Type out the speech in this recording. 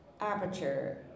Aperture